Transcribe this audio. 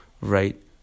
right